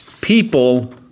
people